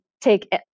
take